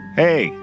hey